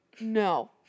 No